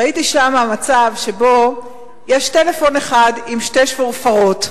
ראיתי שם מצב שבו יש טלפון אחד עם שתי שפופרות,